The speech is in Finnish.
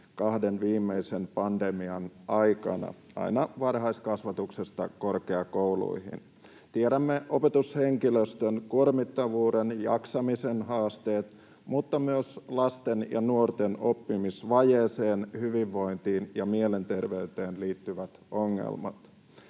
kahden viimeisen pandemiavuoden aikana aina varhaiskasvatuksesta korkeakouluihin. Tiedämme opetushenkilöstön kuormittavuuden ja jaksamisen haasteet mutta myös lasten ja nuorten oppimisvajeeseen, hyvinvointiin ja mielenterveyteen liittyvät ongelmat.